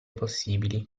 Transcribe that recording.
possibili